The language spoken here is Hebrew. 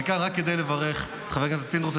אני כאן רק כדי לברך את חבר הכנסת פינדרוס